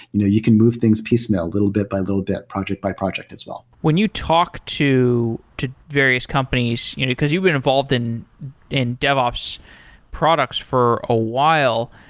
you know you can move things piecemeal, little bit by little bit, project by project as well. when you talk to to various companies, because you've been involved in in devops products for a while,